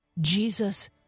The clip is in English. Jesus